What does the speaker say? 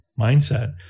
mindset